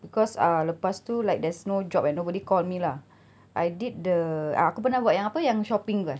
because uh lepas tu like there's no job and nobody call me lah I did the ah aku pernah buat yang apa yang shopping tu eh